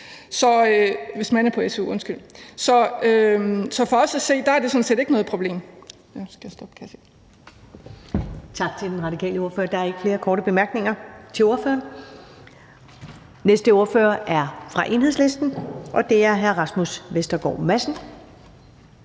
Så for os at se er det sådan set ikke noget problem.